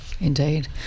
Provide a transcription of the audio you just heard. indeed